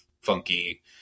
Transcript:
funky